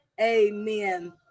amen